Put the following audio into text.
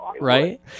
Right